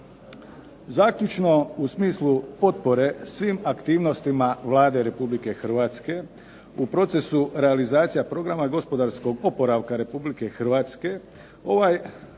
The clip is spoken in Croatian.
Zaključno, u smislu potpore svim aktivnostima Vlade Republike Hrvatske u procesu realizacije programa gospodarskog oporavka Republike Hrvatske ovaj